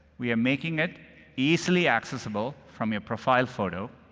we are making it easily accessible from your profile photo.